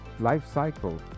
lifecycle